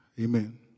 Amen